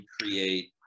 create